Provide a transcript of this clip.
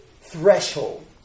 threshold